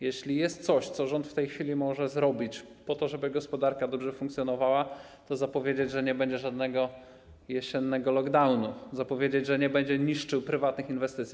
Jeśli jest coś, co rząd w tej chwili może zrobić, po to żeby gospodarka dobrze funkcjonowała, to zapowiedzieć, że nie będzie żadnego jesiennego lockdownu, zapowiedzieć, że nie będzie niszczył prywatnych inwestycji.